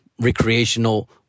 recreational